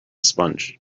sponge